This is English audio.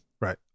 Right